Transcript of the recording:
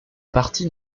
parti